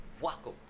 welcome